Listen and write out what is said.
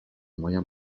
moyen